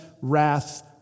wrath